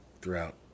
throughout